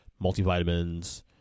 multivitamins